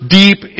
deep